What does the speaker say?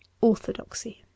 Orthodoxy